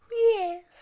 Yes